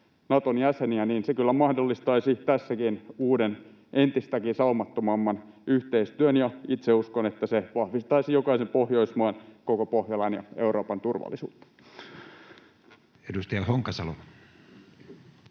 mahdollistaisi tässäkin uuden, entistäkin saumattomamman yhteistyön. Ja itse uskon, että se vahvistaisi jokaisen Pohjoismaan, koko Pohjolan ja Euroopan turvallisuutta. [Speech 23]